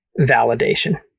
validation